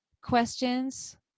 questions